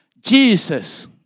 Jesus